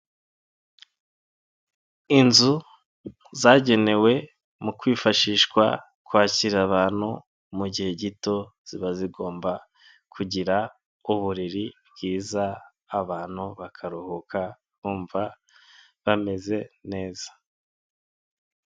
Inzu zagenewe mu kwifashishwa kwakira abantu mu gihe gito, ziba zigomba kugira uburiri bwiza abantu bakaruhuka bumva bameze neza.